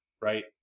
Right